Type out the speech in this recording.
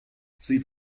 sie